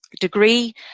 degree